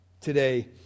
today